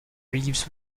reeves